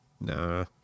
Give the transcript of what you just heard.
Nah